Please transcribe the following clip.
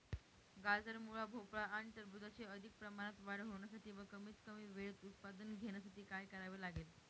गाजर, मुळा, भोपळा आणि टरबूजाची अधिक प्रमाणात वाढ होण्यासाठी व कमीत कमी वेळेत उत्पादन घेण्यासाठी काय करावे लागेल?